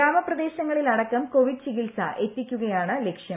ഗ്രാമപ്രദേശങ്ങളിലടക്കം Covid ചികിത്സ എത്തിക്കുകയാണ് ലക്ഷ്യം